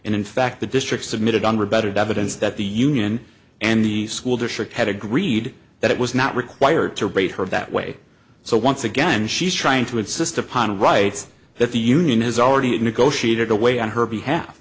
and in fact the district submitted on the better dividends that the union and the school district had agreed that it was not required to rate her that way so once again she's trying to insist upon rights that the union has already had negotiated away on her behalf